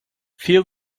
feel